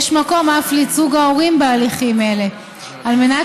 יש מקום אף לייצוג ההורים בהליכים אלה על מנת